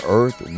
earth